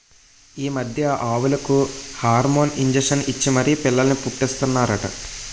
ఈ మధ్య ఆవులకు హార్మోన్ ఇంజషన్ ఇచ్చి మరీ పిల్లల్ని పుట్టీస్తన్నారట